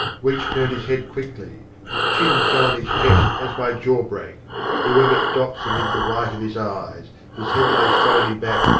weech turned his head quickly his chin fell on his chest as by jaw-break there were but dots amid the white of his eyes his head lay slowly back,